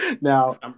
Now